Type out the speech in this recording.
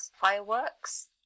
fireworks